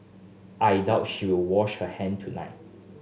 I doubt she will wash her hand tonight